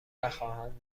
نخواهند